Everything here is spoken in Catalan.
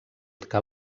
que